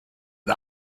and